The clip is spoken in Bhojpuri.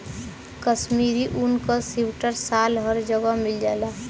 कशमीरी ऊन क सीवटर साल हर जगह मिल जाला